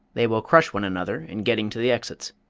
they will crush one another in getting to the exits.